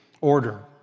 order